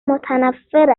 متنفّر